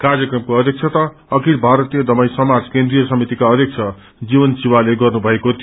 काप्रक्रमको अध्यक्षता अखिल ीाारतीय दमाई समाज केन्द्रिय समितिका अध्यक्ष जीवन शिवाले गर्नुभएको थियो